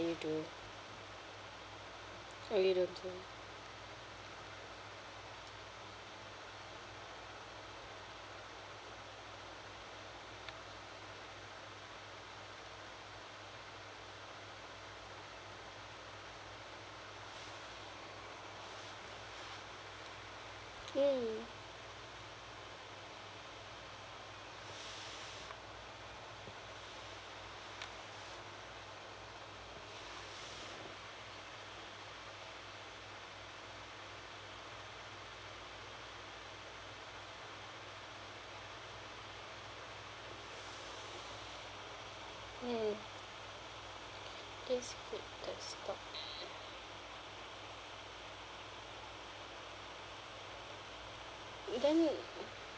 you do oh you don't too mm mm that's good that's top if then you